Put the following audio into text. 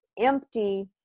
empty